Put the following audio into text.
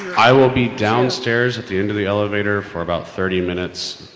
i will be downstairs at the end of the elevator for about thirty minutes,